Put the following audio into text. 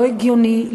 לא הגיוני,